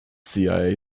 cia